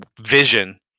Vision